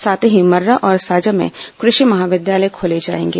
साथ ही मर्रा और साजा में कृषि महाविद्यालय खोले जाएंगे